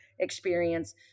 Experience